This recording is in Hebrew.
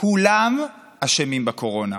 כולם אשמים בקורונה.